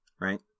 Right